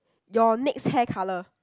your next hair colour